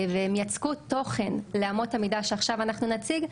והם יצקו תוכן לאמות המידה שעכשיו אנחנו נציג,